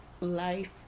life